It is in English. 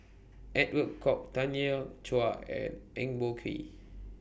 Edwin Koek Tanya Chua and Eng Boh Kee